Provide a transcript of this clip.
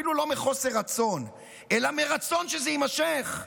אפילו לא מחוסר רצון, אלא מרצון שזה יימשך.